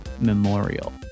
memorial